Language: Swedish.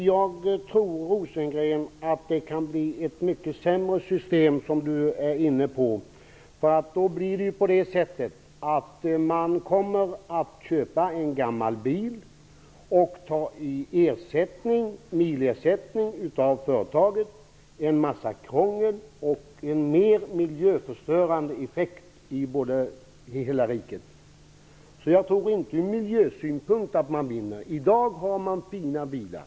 Herr talman! Jag tror att det system som Per Rosengren är inne på kan bli ett mycket sämre system, för då kommer man att köpa en gammal bil och tar ut milersättning av företaget. Det kommer att medföra en massa krångel och en mer miljöförstörande effekt i hela riket, så jag tror inte att man vinner något ur miljösynpunkt. I dag har man fina bilar.